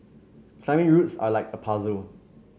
climbing routes are like a puzzle